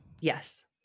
Yes